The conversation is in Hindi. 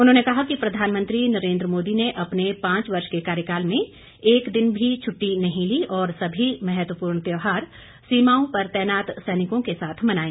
उन्होंने कहा कि प्रधानमंत्री नरेन्द्र मोदी ने अपने पांच वर्ष के कार्यकाल में एक दिन भी छुट्टी नहीं ली और सभी महत्वपूर्ण त्यौहार सीमाओं पर तैनात सैनिकों के साथ मनाए